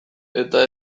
eta